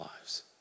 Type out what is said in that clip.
lives